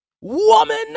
Woman